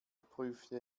prüfte